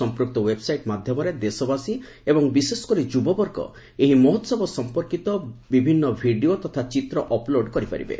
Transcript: ସଂପୃକ୍ତ ୱେବ୍ସାଇଟ୍ ମାଧ୍ୟମରେ ଦେଶବାସୀ ଏବଂ ବିଶେଷ କରି ଯୁବବର୍ଗ ଏହି ମହୋସବ ସମ୍ପର୍କୀତ ବିଭିନ୍ନ ଭିଡ଼ିଓ ତଥା ଚିତ୍ ଅପ୍ଲୋଡ୍ କରିପାରିବେ